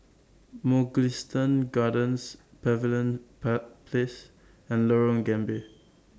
Mugliston Gardens Pavilion Place and Lorong Gambir